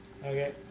Okay